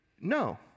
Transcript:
No